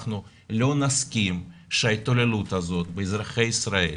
אנחנו לא נסכים שההתעללות הזאת באזרחי ישראל